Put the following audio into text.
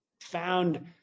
found